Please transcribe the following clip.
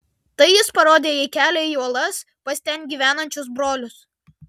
tai jis parodė jai kelią į uolas pas ten gyvenančius brolius